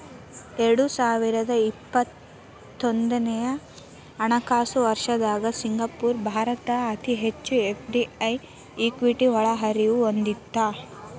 ಎರಡು ಸಾವಿರದ ಇಪ್ಪತ್ತೊಂದನೆ ಹಣಕಾಸು ವರ್ಷದ್ದಾಗ ಸಿಂಗಾಪುರ ಭಾರತಕ್ಕ ಅತಿ ಹೆಚ್ಚು ಎಫ್.ಡಿ.ಐ ಇಕ್ವಿಟಿ ಒಳಹರಿವು ಹೊಂದಿತ್ತ